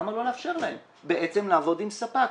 למה לא לאפשר להן בעצם לעבוד עם ספק?